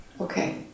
okay